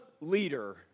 leader